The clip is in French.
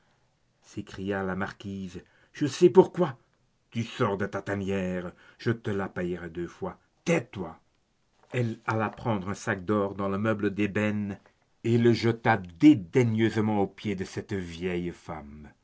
s'écria la marquise je sais pourquoi tu sors de ta tanière je te la payerai deux fois tais-toi elle alla prendre un sac d'or dans le meuble d'ébène et le jeta dédaigneusement aux pieds de cette vieille femme